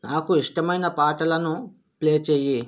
నాకు ఇష్టమైన పాటలను ప్లే చెయ్యి